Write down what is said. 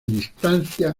distancia